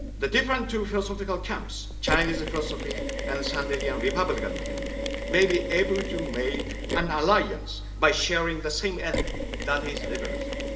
the different to philosophical camps, chinese philosophy and sandel's young republicanism may be able to make an alliance by sharing the same enemy that is liberalism.